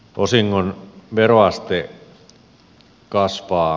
osingon veroaste kasvaa